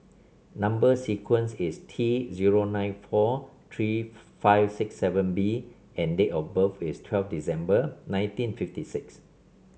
number sequence is T zero nine four three five six seven B and date of birth is twelve December nineteen fifty six